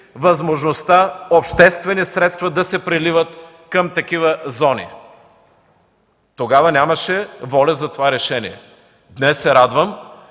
възможността обществени средства да се преливат към такива зони. Тогава нямаше воля за това решение. Днес се радвам,